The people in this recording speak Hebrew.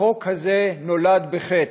החוק הזה נולד בחטא,